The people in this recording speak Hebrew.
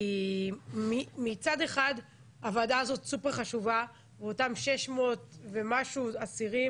כי מצד אחד הוועדה הזאת סופר חשובה ואותם 600 ומשהו אסירים